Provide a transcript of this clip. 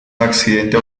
accidente